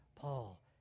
Paul